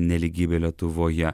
nelygybę lietuvoje